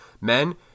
Men